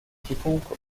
quiconque